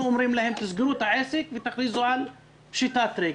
אומרים להם: תסגרו את העסק ותכריזו על פשיטת רגל.